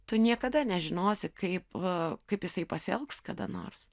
tu niekada nežinosi kaip va kaip jisai pasielgs kada nors